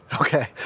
Okay